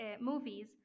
movies